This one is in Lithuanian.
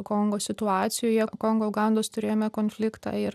kongo situacijoje kongo ugandos turėjome konfliktą ir